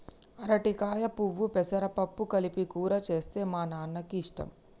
అరటికాయ పువ్వు పెసరపప్పు కలిపి కూర చేస్తే మా నాన్నకి ఇష్టం